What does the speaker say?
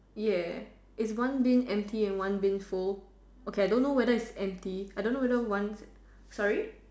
ya is one Bin empty and one Bin full okay I don't know whether it's empty I don't know whether one's sorry